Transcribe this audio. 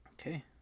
Okay